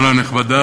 נכבדה,